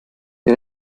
die